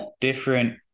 different